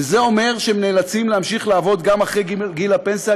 וזה אומר שהם נאלצים להמשיך לעבוד גם אחרי גיל הפנסיה,